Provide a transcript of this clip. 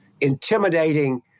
intimidating